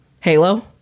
Halo